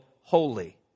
holy